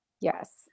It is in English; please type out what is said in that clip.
Yes